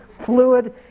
fluid